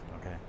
Okay